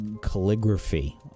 calligraphy